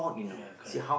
ya correct